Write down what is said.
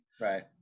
Right